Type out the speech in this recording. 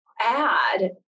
add